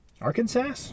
Arkansas